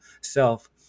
self